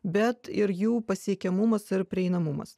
bet ir jų pasiekiamumas ir prieinamumas